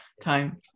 time